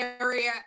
area